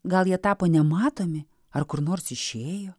gal jie tapo nematomi ar kur nors išėjo